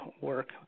work